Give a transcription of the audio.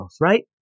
right